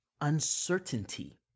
uncertainty